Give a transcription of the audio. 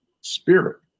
spirit